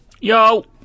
Yo